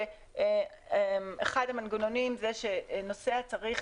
שאומרת שאחד המנגנונים הוא שנוסע צריך